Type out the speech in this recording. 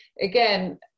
again